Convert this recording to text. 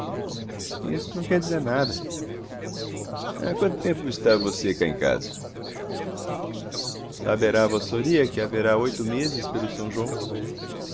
isso não quer dizer nada há quanto tempo está você cá em casa saberá vossoria que haverá oito meses pelo são